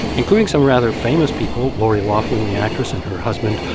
including some rather famous people lori loughlin, the actress, and her husband,